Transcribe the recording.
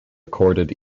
accorded